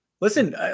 Listen